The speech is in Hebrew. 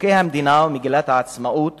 וחוקי המדינה ומגילת העצמאות